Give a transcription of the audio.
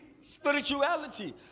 spirituality